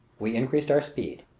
we increased our speed.